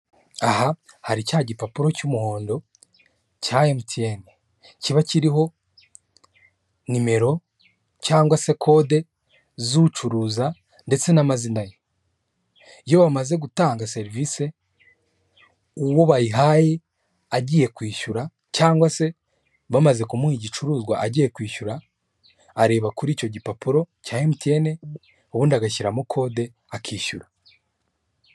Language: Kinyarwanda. Aha hari cya gipapuro cy'umuhondo cya MTN kiba kiriho nimero cyangwa se kode z'ucuruza ndetse n'amazina ye, iyo bamaze gutanga serivisi, uwo bayihaye agiye kwishyura cyangwa se bamaze kumuha igicuruzwa agiye kwishyura, areba kuri icyo gipapuro cya MTN, ubundi agashyiramo kode akishyura.